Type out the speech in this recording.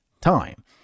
time